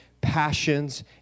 passions